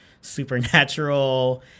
supernatural